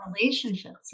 relationships